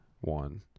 one